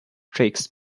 tricks